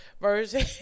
version